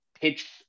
pitch